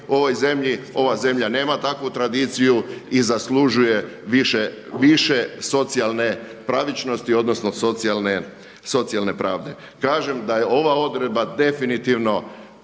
Ova zemlja nema takvu tradiciju i zaslužuje više socijalne pravičnosti, odnosno socijalne pravde. Kažem da je ova odredba definitivno